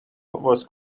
was